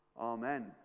Amen